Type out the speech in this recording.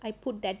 I put that